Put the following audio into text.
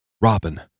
Robin